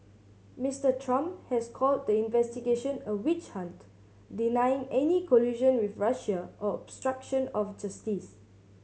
Mister Trump has called the investigation a witch hunt denying any collusion with Russia or obstruction of justice